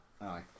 Aye